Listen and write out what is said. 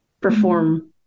perform